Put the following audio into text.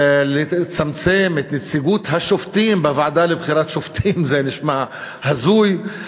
לצמצם את נציגות השופטים בוועדה לבחירת שופטים זה נשמע הזוי,